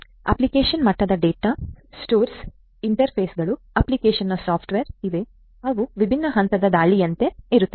application ಮಟ್ಟದ data stores ಇಂಟರ್ಫೇಸ್ಗಳು application software ಇವೆ ಅವು ವಿಭಿನ್ನ ಹಂತದ ದಾಳಿಯಂತೆ ಇರುತ್ತವೆ